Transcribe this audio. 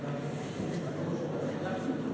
הדיקטטור